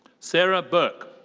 sarah bourque.